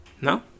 no